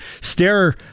stare